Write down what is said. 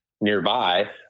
nearby